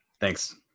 Thanks